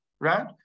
right